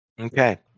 Okay